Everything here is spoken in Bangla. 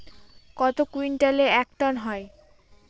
কত কুইন্টালে এক টন হয়?